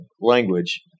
language